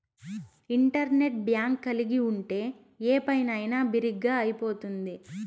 internet bank కలిగి ఉంటే ఏ పనైనా బిరిగ్గా అయిపోతుంది